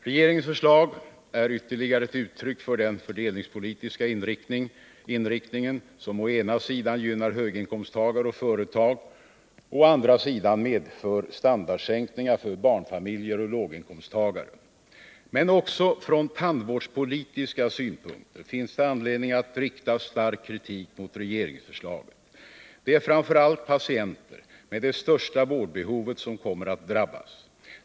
Regeringens förslag är ytterligare ett uttryck för den fördelningspolitiska inriktning som å ena sidan gynnar höginkomsttagare och företag och å andra sidan medför standardsänkningar för barnfamiljer och låginkomsttagare. Men också från tandvårdspolitiska synpunkter finns det anledning att rikta stark kritik mot regeringsförslaget. Det är framför allt patienter med det största vårdbehovet som kommer att drabbas.